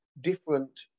different